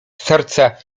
serca